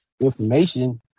information